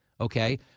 Okay